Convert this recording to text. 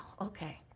Okay